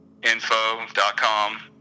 info.com